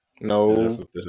No